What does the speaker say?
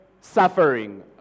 suffering